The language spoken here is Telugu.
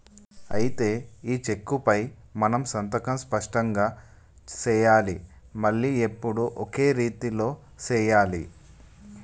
అయితే ఈ చెక్కుపై మనం సంతకం స్పష్టంగా సెయ్యాలి మళ్లీ ఎప్పుడు ఒకే రీతిలో సెయ్యాలి